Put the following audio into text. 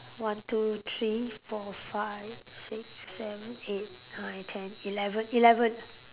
one two three four five six seven eight nine ten eleven eleven